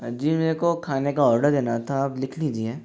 जी मेरे को खाने का ऑर्डर देना था आप लिख लीजीए